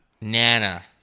Nana